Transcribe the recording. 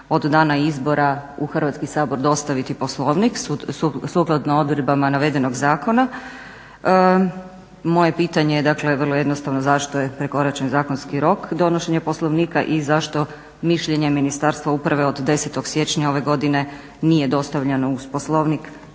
od dana izbora u Hrvatski sabor dostaviti poslovnik sukladno odredbama navedenog zakona. Moje pitanje je vrlo jednostavno, zašto je prekoračen zakonski rok donošenja poslovnika i zašto mišljenje Ministarstva uprave od 10.siječnja ove godine nije dostavljen uz poslovnik